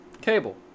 cable